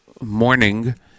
morning